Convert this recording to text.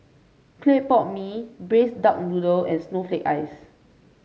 Clay Pot Mee Braised Duck Noodle and Snowflake Ice